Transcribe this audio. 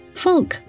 folk